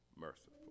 merciful